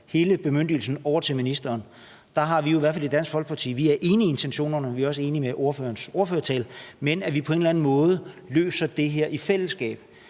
hele bemyndigelsen over til ministeren. I Dansk Folkeparti er vi enige i intentionerne, vi er også enige i ordførerens ordførertale, men mener, at vi på en eller anden måde skal løse det her i fællesskab.